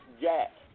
Jack